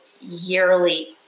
yearly